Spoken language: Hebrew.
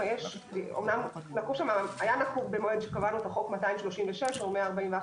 אומנם היה נקוב במועד שקבענו בחוק 236 או 141,